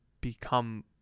become